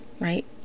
right